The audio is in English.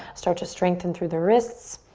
start to strengthen through the wrists.